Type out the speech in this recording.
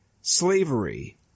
slavery